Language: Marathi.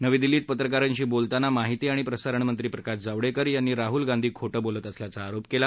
नवी दिल्लीत पत्रकारांशी बोलताना माहिती आणि प्रसारणमंत्री प्रकाश जावडेकर यांनी राह्ल गांधी खोटं बोलत असल्याचा आरोप केला